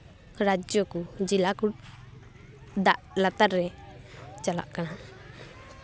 ᱨᱟᱡᱽᱡᱚ ᱠᱚ ᱡᱮᱞᱟ ᱠᱚ ᱫᱟᱜ ᱞᱟᱛᱟᱨ ᱨᱮ ᱪᱟᱞᱟᱜ ᱠᱟᱱᱟ